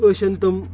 أسۍ چھِنہٕ تِم